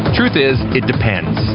truth is, it depends.